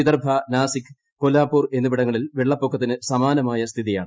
വിദർഭ നാസിക് കോലാപൂർ എന്നിവിടങ്ങളിൽ വെള്ളപ്പൊക്കത്തിന് സമാനമായ സ്ഥിതിയാണ്